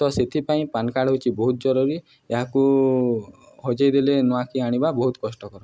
ତ ସେଥିପାଇଁ PAN card ହେଉଛି ବହୁତ ଜରୁରୀ ଏହାକୁ ହଜେଇ ଦେଲେ ନୂଆକି ଆଣିବା ବହୁତ କଷ୍ଟକର